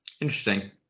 Interesting